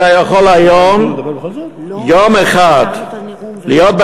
אתה יכול היום יום אחד להיות בחריגה,